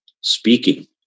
speaking